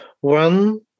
One